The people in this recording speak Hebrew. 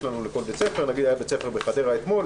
לנו לכל בית ספר למשל היה בית ספר בחדרה אתמול,